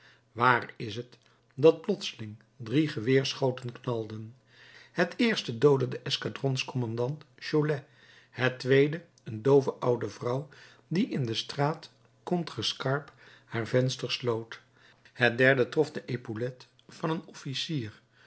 waar is het dat plotseling drie geweerschoten knalden het eerste doodde den escadrons kommandant cholet het tweede een doove oude vrouw die in de straat contrescarpe haar venster sloot het derde trof de epaulet van een officier